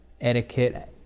etiquette